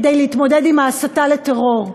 כדי להתמודד עם ההסתה לטרור,